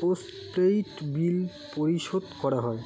postpaid bill পরিশোধ করা যায়